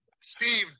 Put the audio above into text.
Steve